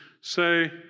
say